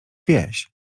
wieś